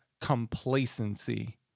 complacency